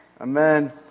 Amen